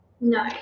No